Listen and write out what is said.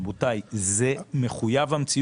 רבותיי, זה מחויב המציאות.